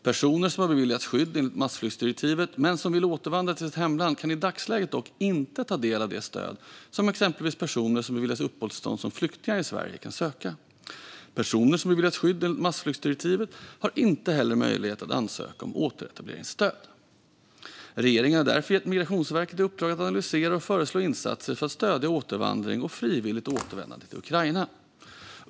Personer som har beviljats skydd enligt massflyktsdirektivet men som vill återvandra till sitt hemland kan i dagsläget dock inte ta del av det stöd som exempelvis personer som beviljats uppehållstillstånd som flyktingar i Sverige kan söka. Personer som beviljats skydd enligt massflyktsdirektivet har inte heller möjlighet att ansöka om återetableringsstöd. Regeringen har därför gett Migrationsverket i uppdrag att analysera och föreslå insatser för att stödja återvandring och frivilligt återvändande till Ukraina.